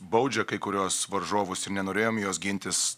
baudžia kai kuriuos varžovus ir nenorėjom jos gintis